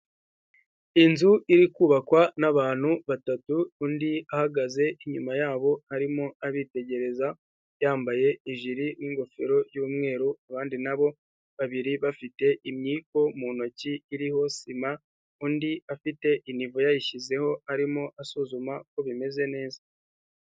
Inzu iri kubakwa n'abantu batatu, undi ahagaze inyuma yabo arimo abitegereza, yambaye ijiri n'ingofero y'umweru, abandi na bo babiri bafite imyiko mu ntoki iriho sima, undi afite inivo yayishyizeho, arimo asuzuma ko bimeze neza.